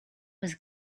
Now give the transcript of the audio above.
was